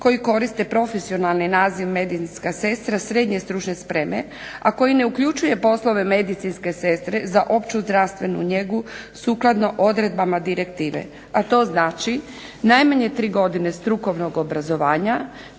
koji koriste profesionalni naziv medicinska sestra srednje stručne spreme a koji ne uključuje poslove medicinske sestre za opću zdravstvenu njegu sukladno odredbama direktive, a to znači najmanje tri godine strukovnog obrazovanja,